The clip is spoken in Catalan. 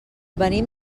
venim